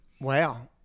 Wow